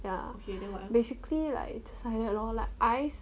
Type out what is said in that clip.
ya basically like just like that loh like eyes